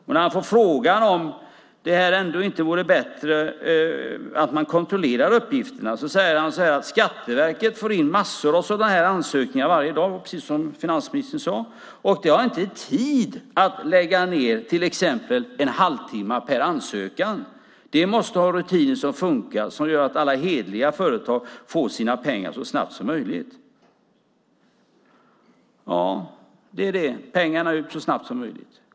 Och när han får frågan om det ändå inte vore bättre att man kontrollerade uppgifterna säger han att Skatteverket får in massor av sådana här ansökningar varje dag, precis som finansministern sade, och att de inte har tid att lägga ned en halvtimme per ansökan. De måste ha rutiner som funkar, som gör att alla hederliga företag får sina pengar så snabbt som möjligt. Ja, det är så det är; pengarna ska ut så snabbt som möjligt.